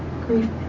grief